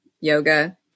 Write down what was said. yoga